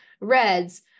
reds